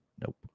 Nope